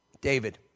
David